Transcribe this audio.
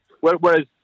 Whereas